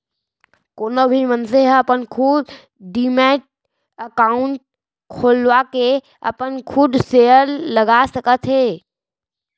कोनो भी मनसे ह अपन खुद डीमैट अकाउंड खोलवाके अपन खुद सेयर लगा सकत हे